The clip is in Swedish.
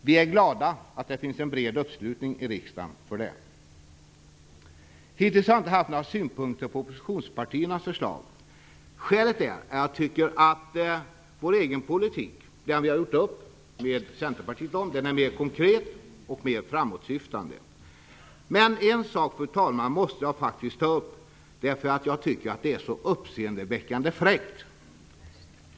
Vi är glada över att det finns en bred uppslutning i riksdagen för det. Hittills har jag inte haft några synpunkter på oppositionspartiernas förslag. Skälet är att jag tycker att vår egen politik - den som vi har gjort upp om med Centerpartiet - är mer konkret och framåtsyftande. Men, fru talman, jag måste faktiskt ta upp en sak som jag tycker är uppseendeväckande fräck.